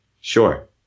sure